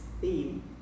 theme